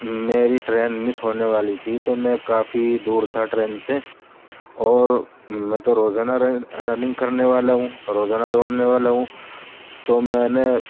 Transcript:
میری train miss ہونے والی تھی تو میں کافی دور تھا ٹرین سے اور میں تو روزانہ رن رننگ کرنے والا ہوں روزانہ دوڑنے والا ہوں تو میں نے